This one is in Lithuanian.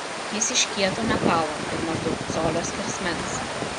jis iš kieto metalo ir maždaug colio skersmens